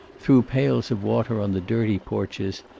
threw pails of water on the dirty porches,